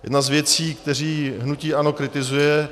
Jedna z věcí, které hnutí ANO kritizuje.